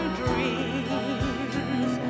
dreams